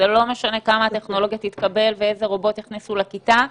זה לא משנה כמה הטכנולוגיה תתקבל ואיזה רובוט יכניסו לכיתה,